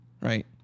right